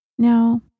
Now